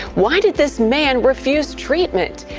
why did this man refuse treatment?